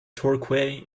torquay